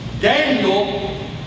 Daniel